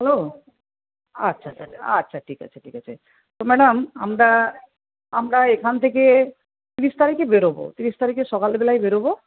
hello আচ্ছা আচ্ছা আচ্ছা ঠিক আছে ঠিক আছে তো ম্যাডাম আমরা আমরা এখান থেকে তিরিশ তারিখে বেরোব তিরিশ তারিখে সকালবেলায় বেরোব